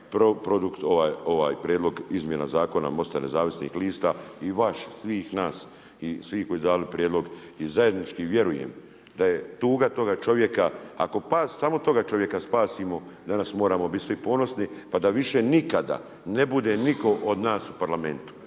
produkt ovaj prijedlog izmjena zakona MOST-a nezavisnih lista i vas, svih nas i svih koji su dali prijedlog. I zajednički vjerujem da je tuga toga čovjeka ako samo toga čovjeka spasimo danas moramo bit svi ponosni, pa da više nikada ne bude nitko od nas u Parlamentu.